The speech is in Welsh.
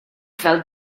fel